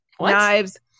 knives